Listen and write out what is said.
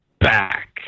back